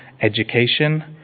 education